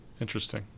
Interesting